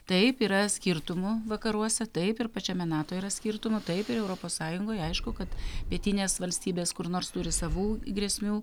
taip yra skirtumų vakaruose taip ir pačiame nato yra skirtumų taip ir europos sąjungoj aišku kad pietinės valstybės kur nors turi savų grėsmių